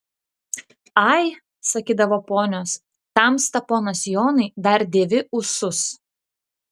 ai sakydavo ponios tamsta ponas jonai dar dėvi ūsus